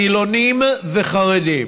חילונים וחרדים,